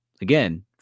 again